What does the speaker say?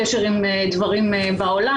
קשר עם דברים בעולם.